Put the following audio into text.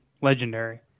legendary